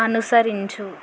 అనుసరించు